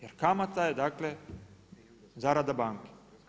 Jer kamata je dakle zarada banke.